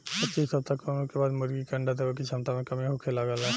पच्चीस सप्ताह के उम्र के बाद मुर्गी के अंडा देवे के क्षमता में कमी होखे लागेला